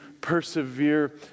persevere